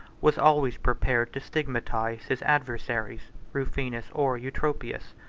was always prepared to stigmatize his adversaries, rufinus, or eutropius,